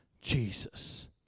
Jesus